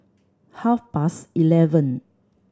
half past eleven